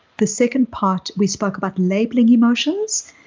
the second part we spoke about labeling emotions,